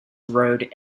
road